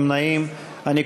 הרשימה